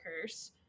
curse